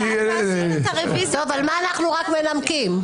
טוב, מה אנחנו מנמקים?